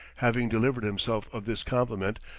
having delivered himself of this compliment,